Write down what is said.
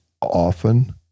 often